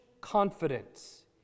confidence